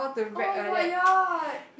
oh my god ya